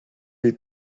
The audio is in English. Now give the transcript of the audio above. you